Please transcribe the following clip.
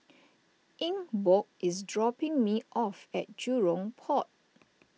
Ingeborg is dropping me off at Jurong Port